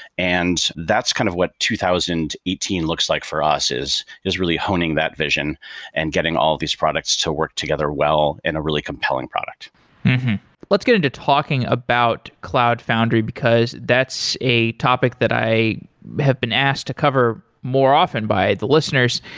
and that's kind of what two thousand and eighteen looks like for us is is really honing that vision and getting all these products to work together well in a really compelling product let's get into talking about cloud foundry, because that's a topic that i have been asked to cover more often by the listeners,